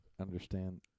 understand